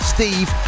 Steve